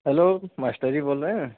hello master ji بول رہے ہیں